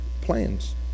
plans